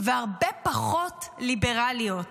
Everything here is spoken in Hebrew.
והרבה פחות ליברליות.